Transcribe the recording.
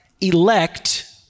elect